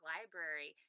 Library